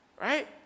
Right